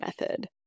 method